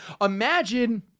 Imagine